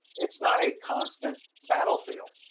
it's not a constant battlefield.